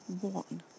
one